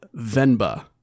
Venba